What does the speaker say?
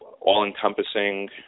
all-encompassing